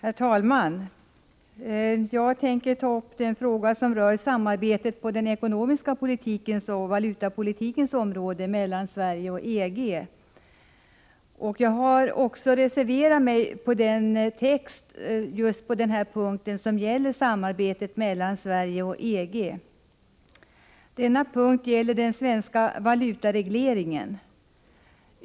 Herr talman! Jag tänker ta upp frågan om samarbetet på den ekonomiska politikens och valutapolitikens område mellan Sverige och EG. Jag har reserverat mig för en text just på den punkt som gäller samarbetet mellan Sverige och EG. Denna punkt gäller den svenska valutaregleringen.